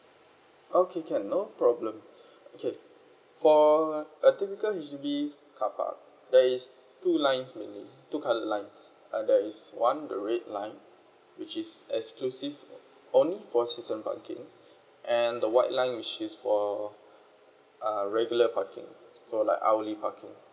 okay can no problem okay for a two vehicle H_D_B carpark there is two lines mainly two colored lines uh there is one the red line which is exclusive only for season parking and the white line which is for uh regular parking so like hourly parking